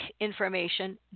information